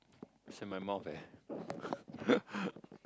it's in my mouth eh